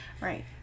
Right